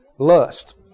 Lust